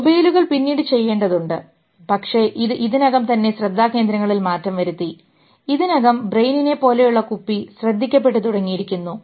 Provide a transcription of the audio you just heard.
മൊബൈലുകൾ പിന്നീട് ചെയ്യേണ്ടതുണ്ട് പക്ഷേ ഇത് ഇതിനകം തന്നെ ശ്രദ്ധാകേന്ദ്രങ്ങളിൽ മാറ്റം വരുത്തി ഇതിനകം ബ്രെയിനിനെ പോലെയുള്ള കുപ്പി ശ്രദ്ധിക്കപ്പെട്ട് തുടങ്ങിയിരിക്കുന്നു